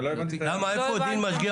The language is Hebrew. רק המילה 'רשאי'